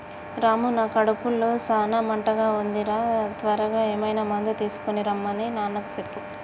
రాము నా కడుపులో సాన మంటగా ఉంది రా త్వరగా ఏమైనా మందు తీసుకొనిరమన్ని నాన్నకు చెప్పు